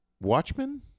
Watchmen